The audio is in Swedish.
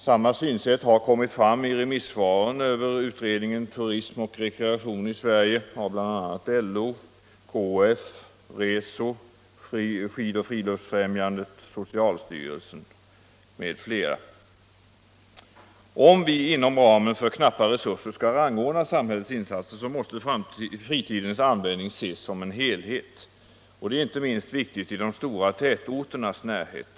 Samma synsätt har kommit fram i remissvaren över utredningen Turism och rekreation i Sverige från LO, KF, Reso, Skidoch friluftsfrämjandet, socialstyrelsen m.fl. Om vi inom ramen för knappa resurser skall rangordna samhällets insatser, måste fritidens användning ses som en helhet. Det är inte minst viktigt i de stora tätorternas närhet.